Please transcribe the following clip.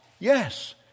yes